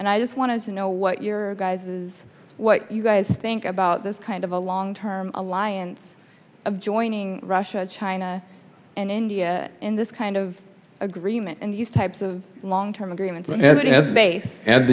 and i just wanted to know what your guys is what you guys think about this kind of a long term alliance of joining russia china and india in this kind of agreement and these types of long term agreements a